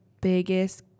biggest